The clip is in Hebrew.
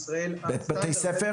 מה דעתך לגבי בתי ספר?